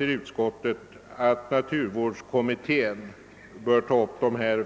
Utskottet anser att naturvårdskommittén lämpligen bör ta upp dem